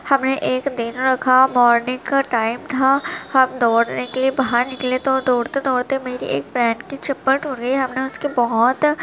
ہم نے ایک دن رکھا مارننگ کا ٹائم تھا ہم دوڑنے کے لیے باہر نکلے تو دوڑتے دوڑتے میری ایک فرینڈ کی چپل ٹوٹ گئی ہم نے اس کے بہت